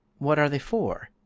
what are they for?